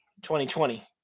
2020